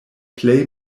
plej